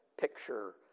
picture